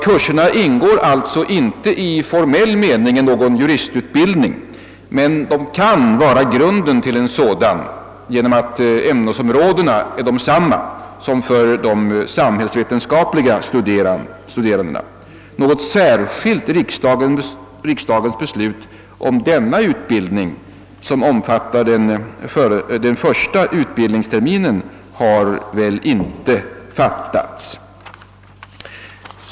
Kurserna ingår alltså inte i formell mening i någon juristutbildning, men de kan vara grunden för en sådan genom att ämnesområdena är desamma som inom de samhällsvetenskapliga studierna. Något särskilt riksdagens beslut om denna utbildning, som omfattar den första utbildningsterminen, har inte fattats.